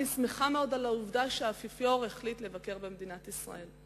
אני שמחה מאוד שהאפיפיור החליט לבקר במדינת ישראל.